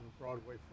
Broadway